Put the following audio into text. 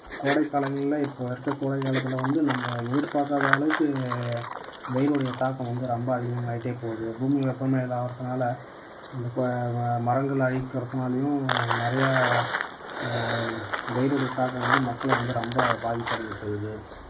கோடைக்காலங்களில் இப்போ இருக்கற கோடைக்காலத்தில் வந்து நம்ம எதிர்பார்க்காத அளவுக்கு வெயில் உடைய தாக்கம் வந்து ரொம்ப அதிகமாயிட்டே போது பூமி வெப்பமயம் ஆகுறத்துனால இப்போ மரங்கள் அழிக்கறதுனாலேயும் நிறைய வெயிலுடைய தாக்கம் வந்து மக்களை வந்து ரொம்ப பாதிப்படைய செய்யுது